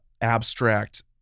abstract